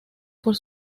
por